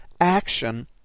action